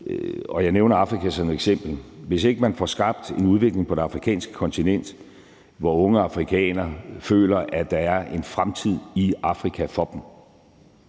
Jeg nævner Afrika som et eksempel. Hvis ikke man får skabt en udvikling på det afrikanske kontinent, hvor unge afrikanere føler, at der er en fremtid i Afrika for dem,